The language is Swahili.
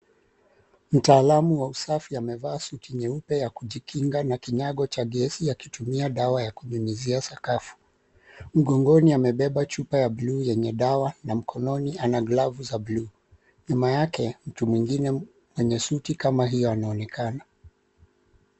Mtaalamu wa usafi amevaa suti nyeupe ya kujikinga na kinyago Cha gesi akitumia dawa za kupimizia sakafu. Mgongoni amebeba chupa ya blu yenye dawa na mkononi anaglavu za blu. Nyuma yake mwenye suti kama hiyo anaonekana.